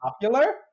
popular